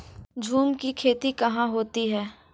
झूम की खेती कहाँ होती है?